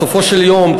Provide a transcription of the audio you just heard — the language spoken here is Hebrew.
בסופו של דבר,